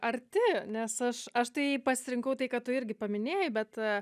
arti nes aš aš tai jį pasirinkau tai kad tu irgi paminėjai bet